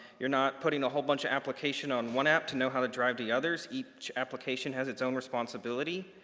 you're not putting a whole bunch of application on one app to know how to drive the others. each application has its own responsibility.